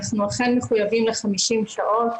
אנחנו אכן מחויבים ל-50 שעות